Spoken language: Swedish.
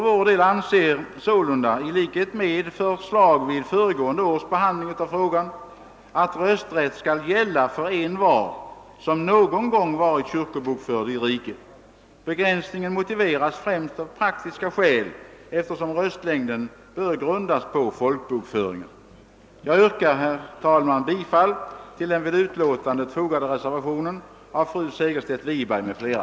Vi anser således — liksom vid föregående års behandling av frågan — att rösträtt skall gälla för envar som någon gång varit kyrkobokförd i riket. Begränsningen motiveras främst av praktiska skäl, eftersom röstlängden bör grundas på folkbokföringen. Jag yrkar, herr talman, bifall till den vid utlåtandet fogade reservationen av fru Segerstedt Wiberg m.fl.